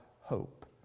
hope